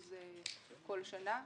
כל שנה.